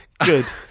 Good